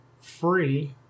free